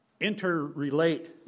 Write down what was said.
interrelate